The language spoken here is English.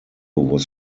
was